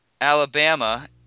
Alabama